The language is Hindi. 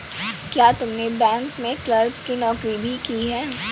क्या तुमने बैंक में क्लर्क की नौकरी भी की है?